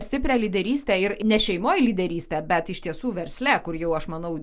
stiprią lyderystę ir ne šeimoj lyderystę bet iš tiesų versle kur jau aš manau